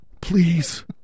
Please